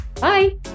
bye